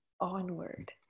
onward